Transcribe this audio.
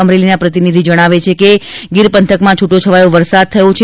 અમરેલીના પ્રતિનિધિ જણાવે છે કે ગીર પંથકમાં છૂટો છવાયો વરસાદ થયો છે